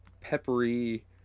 peppery